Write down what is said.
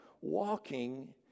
walking